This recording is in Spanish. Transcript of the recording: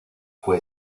fue